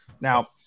Now